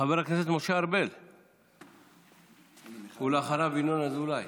חבר הכנסת משה ארבל, ואחריו, ינון אזולאי.